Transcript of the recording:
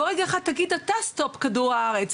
בוא רגע אחד תגיד אתה 'סטופ כדור הארץ',